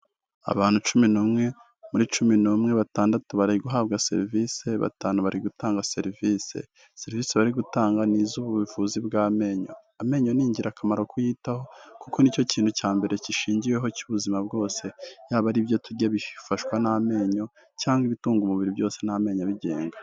Abantu cumi n'umwe; muri cumi n'umwe, batandatu bari guhabwa serivisi, batanu bari gutanga serivisi; serivisi bari gutanga ni izubuvuzi bw'amenyo. Amenyo ni ingirakamaro kuyitaho kuko nicyo kintu cya mbere gishingiweho cy'ubuzima bwose yaba ari ibyo turya bifashwa n'amenyo cyangwa ibitunga umubiri byose n'amenyo abigenga.